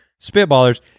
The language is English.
spitballers